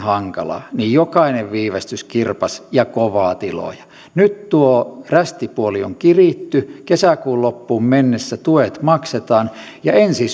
hankalin niin jokainen viivästys kirpaisi ja kovaa tiloja nyt tuo rästipuoli on kiritty kesäkuun loppuun mennessä tuet maksetaan ja ensi